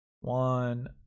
One